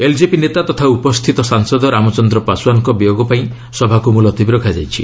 LJP ନେତା ତଥା ଉପସ୍ଥିତ ସାଂସଦ ରାମଚନ୍ଦ୍ର ପାଶ୍ୱାନ୍ଙ୍କ ବିୟୋଗ ପାଇଁ ସଭାକୁ ମୁଲତବୀ ରଖାଯାଇଛି